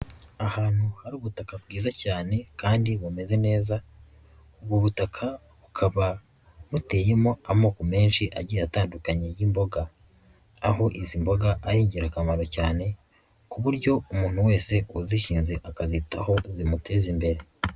Ahantu hari ubutaka bwiza cyane kandi bumeze neza ubwo butaka bukaba buteyemo amoko menshi agiye atandukanye y'imboga, aho izi mboga ari ingirakamaro cyane ku buryo umuntu wese uzishinze akazitaho zimuteza imbere.